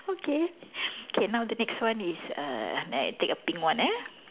okay okay now the next one is a I think a pink one eh